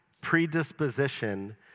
predisposition